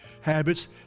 habits